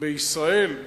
בישראל,